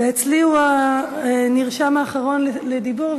אצלי הוא הנרשם האחרון לדיבור,